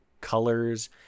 colors